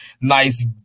nice